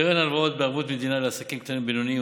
קרן הלוואות בערבות מדינה לעסקים קטנים ובינוניים